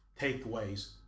takeaways